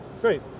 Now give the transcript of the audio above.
Great